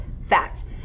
facts